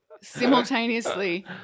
simultaneously